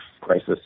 crisis